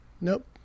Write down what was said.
Nope